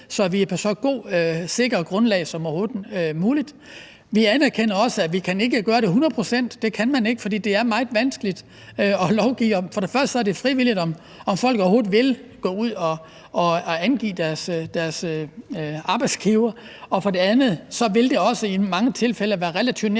så vi er på så godt og sikkert grundlag som overhovedet muligt. Vi anerkender også, at vi ikke kan gøre det hundrede procent; det kan man ikke, fordi det er meget vanskeligt at lovgive om. For det første er det frivilligt, om folk overhovedet vil gå ud og angive deres arbejdsgiver, og for det andet vil det også i mange tilfælde være relativt nemt